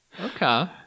Okay